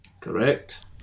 correct